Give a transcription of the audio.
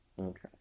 Okay